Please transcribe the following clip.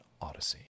Odyssey